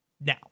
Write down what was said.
Now